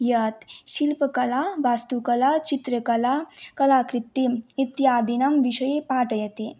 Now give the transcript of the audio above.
या शिल्पकला वास्तुकला चित्रकला कलाकृतिम् इत्यादीनां विषये पाठयति